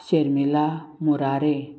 Sharmila Murare